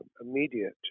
immediate